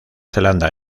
zelanda